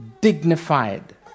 Dignified